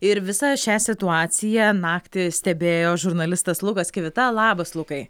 ir visą šią situaciją naktį stebėjo žurnalistas lukas kivita labas lukai